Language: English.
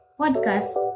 podcast